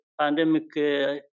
pandemic